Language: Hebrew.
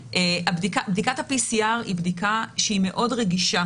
בדיקת ה-PCR היא בדיקה שהיא מאוד רגישה